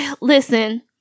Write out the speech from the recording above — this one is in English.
Listen